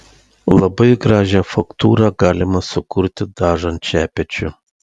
labai gražią faktūrą galima sukurti dažant šepečiu